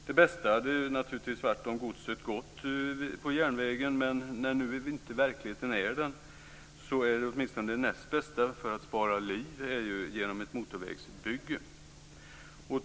Det bästa hade naturligtvis varit om godset gick på järnväg men när nu verkligheten inte är sådan är ett motorvägsbygge det näst bästa när det gäller att spara liv.